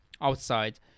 outside